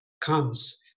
comes